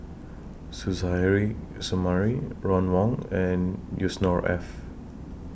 Suzairhe Sumari Ron Wong and Yusnor Ef